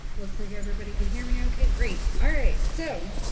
looks like everybody can hear me ok, great. alright, so,